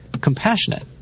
compassionate